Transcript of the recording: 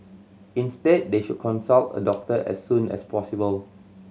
instead they should consult a doctor as soon as possible